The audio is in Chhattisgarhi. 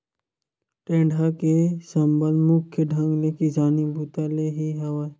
टेंड़ा के संबंध मुख्य ढंग ले किसानी बूता ले ही हवय